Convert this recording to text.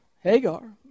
Hagar